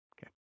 Okay